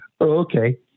okay